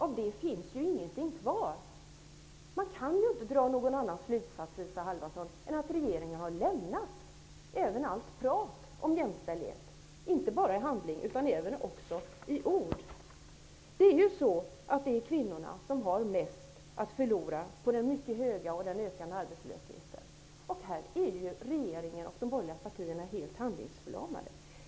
Av de skrivningarna finns det alltså inte någonting kvar. Den enda slutsats som kan dras, Isa Halvarsson, är att regeringen har lämnat också allt tal om jämställdheten. Man har alltså inte bara i handling utan också i ord utelämnat dessa saker. Det är ju kvinnorna som har mest att förlora på den mycket höga, och även ökande, arbetslösheten. Här är regeringen och de borgerliga partierna helt handlingsförlamade.